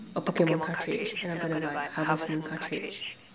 a Pokemon cartridge and I'm gonna buy harvest moon cartridge